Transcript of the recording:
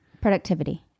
productivity